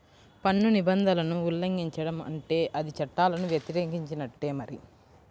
పన్ను నిబంధనలను ఉల్లంఘించడం అంటే అది చట్టాలను వ్యతిరేకించినట్టే మరి